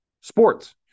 sports